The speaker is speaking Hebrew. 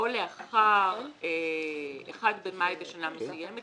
"או לאחר ה-1 במאי בשנה מסוימת,